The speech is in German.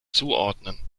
zuordnen